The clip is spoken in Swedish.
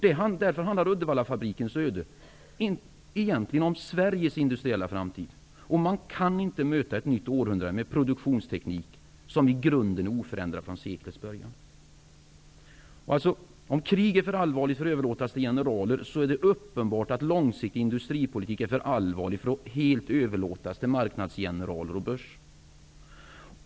Därför handlar Uddevallafabrikens öde egentligen om Sveriges industriella framtid. Man kan inte möta ett nytt århundrade med produktionsteknik som i grunden är oförändrad sedan seklets början. Om krig är för allvarligt för att överlåtas till generaler, är det uppenbart att långsiktig industripolitik är för allvarlig för att helt överlåtas till marknadsgeneraler och börs.